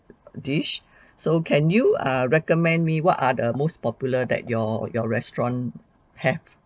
dish so can you err recommend me what are the most popular that your your restaurant have